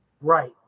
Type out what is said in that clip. Right